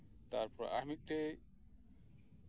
ᱛᱟᱨᱯᱚᱨᱮ ᱟᱨ ᱢᱤᱫᱴᱮᱱ